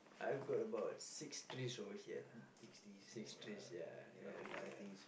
I've got about six trees over here six trees ya and then